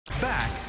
Back